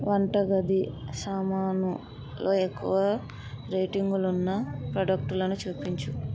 వంటగది సామానులో ఎక్కువ రేటింగులున్న ప్రాడక్టులను చూపించు